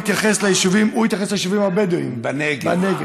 התייחס ליישובים הבדואיים בנגב,